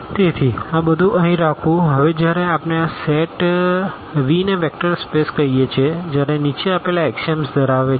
તેથી આ બધું અહીં રાખવું હવે જ્યારે આપણે આ સેટ Vને વેક્ટર સ્પેસ કહીએ છીએ જ્યારે નીચે આપેલા એક્ષિઅમ્સ ધરાવે છે